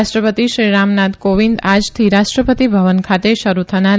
રાષ્ટ્ર તિ શ્રી રામનાથ કોવિંદ આજથી રાષ્ટ્ર તિ ભવન ખાતે શરૂ થનારી